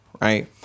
right